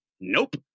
Nope